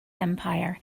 empire